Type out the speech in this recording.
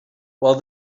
while